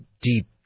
deep